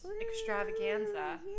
extravaganza